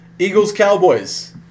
Eagles-Cowboys